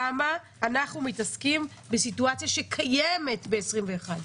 למה אנחנו מתעסקים בסיטואציה שקיימת ב-2021?